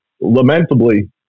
lamentably